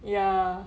ya